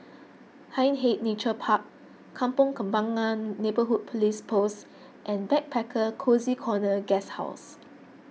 Hindhede Nature Park Kampong Kembangan Neighbourhood Police Post and Backpacker Cozy Corner Guesthouse